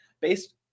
based